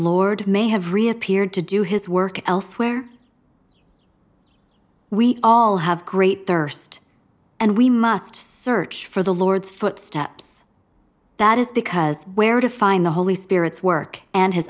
lord may have reappeared to do his work elsewhere we all have great thirst and we must search for the lord's footsteps that is because where to find the holy spirit's work and his